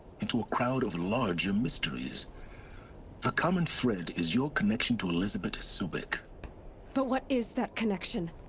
into a crowd of larger mysteries the common thread is your connection to elisabet sobeck but what is that connection?